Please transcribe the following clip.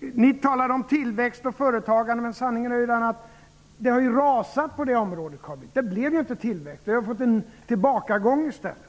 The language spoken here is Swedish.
Ni talar om tillväxt och företagande. Sanningen är att på det området har det rasat, Carl Bildt. Det blev ingen tillväxt. Vi har fått en tillbakagång i stället.